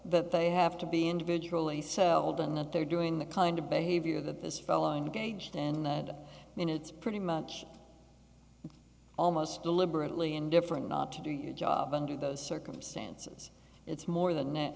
that they have to be individually selden that they're doing the kind of behavior that this fellow engaged in and it's pretty much almost deliberately indifferent not to do your job under those circumstances it's more th